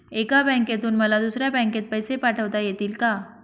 एका बँकेतून मला दुसऱ्या बँकेत पैसे पाठवता येतील का?